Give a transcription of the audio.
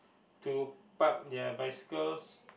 to park their bicycles